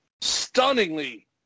stunningly